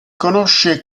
conosce